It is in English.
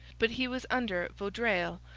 but he was under vaudreuil,